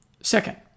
Second